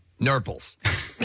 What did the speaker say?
Nurples